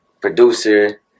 producer